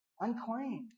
unclaimed